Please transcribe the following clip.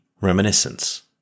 Reminiscence